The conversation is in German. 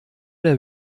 der